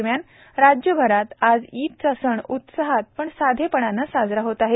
दरम्यान राज्यभरात आज ईदचा सण उत्साहात पण साधेपणानं साजरा होत आहे